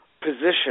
position